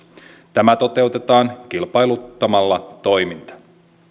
tämä toteutetaan kilpailuttamalla toiminta